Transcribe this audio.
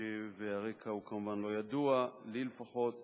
והרקע כמובן לא ידוע, לפחות לי,